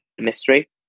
mystery